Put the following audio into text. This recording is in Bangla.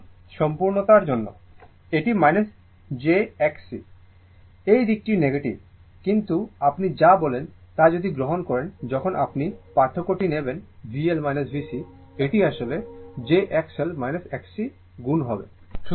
এটি কেবল সম্পূর্ণতার জন্য এটি j Xc I এই দিকটি নেগেটিভ কিন্তু আপনি যা বলবেন তা যদি গ্রহণ করেন যখন আপনি পার্থক্যটি নেবেন VL VC এটি আসলে j XL Xc গুণ I হবে